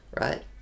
right